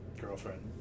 girlfriend